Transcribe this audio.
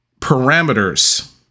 parameters